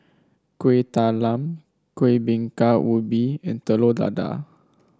Kueh Talam Kuih Bingka Ubi and Telur Dadah